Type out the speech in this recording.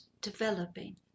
developing